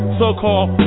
so-called